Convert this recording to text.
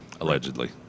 allegedly